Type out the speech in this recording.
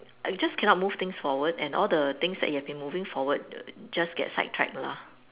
just cannot move things forward and all the things that you've been moving forward err just get sidetrack lah